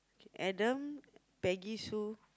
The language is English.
Adam Peggy Sue